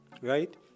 right